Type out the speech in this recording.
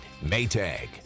Maytag